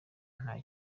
nta